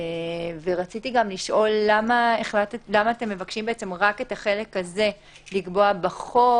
רציתי לשאול למה אתם מבקשים רק את החלק הזה לקבוע בחוק